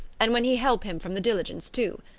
and when he help him from the diligence too.